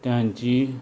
त्यांची